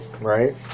Right